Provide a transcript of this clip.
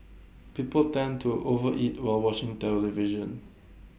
people tend to overeat while watching the television